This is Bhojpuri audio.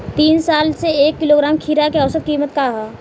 तीन साल से एक किलोग्राम खीरा के औसत किमत का ह?